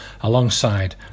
alongside